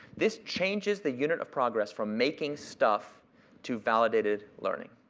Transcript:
this changes the unit of progress from making stuff to validated learning.